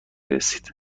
رسید